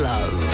Love